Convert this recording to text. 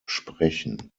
sprechen